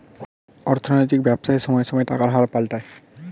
অর্থনৈতিক ব্যবসায় সময়ে সময়ে টাকার হার পাল্টায়